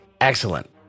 Excellent